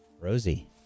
Rosie